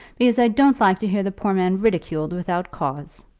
because i don't like to hear the poor man ridiculed without cause.